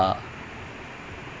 this thing is long term thing as in